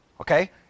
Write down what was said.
Okay